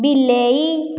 ବିଲେଇ